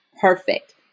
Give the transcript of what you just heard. Perfect